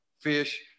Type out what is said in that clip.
fish